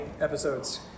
episodes